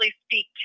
speak